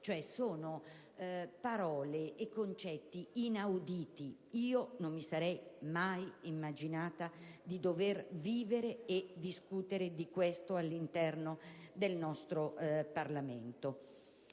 Stato. Sono parole e concetti inauditi. Non mi sarei mai immaginata di dover vivere e discutere di questo all'interno del nostro Parlamento.